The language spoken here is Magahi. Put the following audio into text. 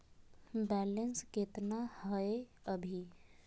बैलेंस केतना हय अभी?